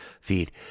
feed